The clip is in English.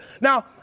Now